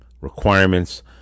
requirements